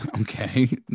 okay